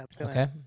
Okay